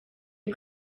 est